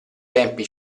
tempi